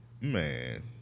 Man